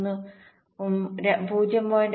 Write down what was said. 3 ഉം 0